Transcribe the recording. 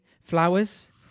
Flowers